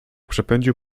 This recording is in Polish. przepędził